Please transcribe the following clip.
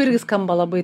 irgi skamba labai